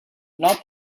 not